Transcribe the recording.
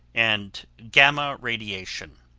and gamma radiation.